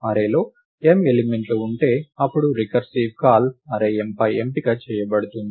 అర్రేలో m ఎలిమెంట్లు ఉంటే అప్పుడు రికర్సివ్ కాల్ అర్రే mపై ఎంపిక చేయబడుతుంది